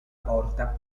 porta